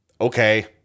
Okay